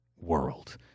world